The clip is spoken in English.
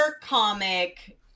comic